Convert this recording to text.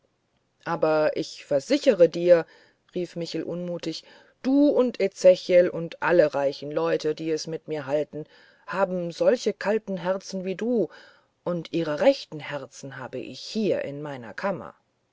aber ich versichere dich rief michel unmutig du und ezechiel und alle reichen leute die es mit mir gehalten haben solche kalte herzen wie du und ihre rechten herzen habe ich hier in meiner kammer